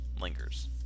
lingers